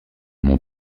mon